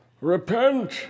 Repent